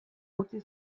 utzi